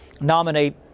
nominate